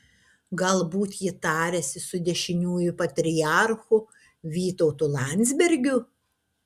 galbūt ji tariasi su dešiniųjų patriarchu vytautu landsbergiu